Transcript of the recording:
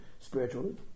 Spiritually